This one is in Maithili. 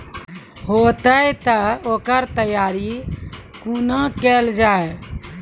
हेतै तअ ओकर तैयारी कुना केल जाय?